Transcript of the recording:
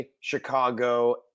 Chicago